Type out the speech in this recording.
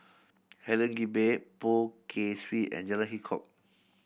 Helen Gilbey Poh Kay Swee and Jalan Hitchcock